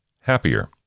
happier